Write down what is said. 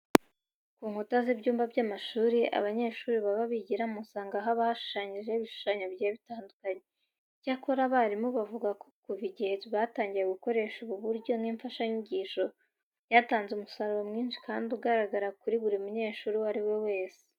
Ku nkuta z'ibyumba by'amashuri abanyeshuri baba bigiramo usanga haba hashushanyijeho ibishushanyo bigiye bitandukanye. Icyakora abarimu bavuga ko kuva igihe batangiriye gukoresha ubu buryo nk'imfashanyigisho, byatanze umusaruro mwinshi kandi ugaragara kuri buri munyeshuri uwo ari we wese.